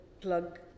plug